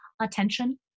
attention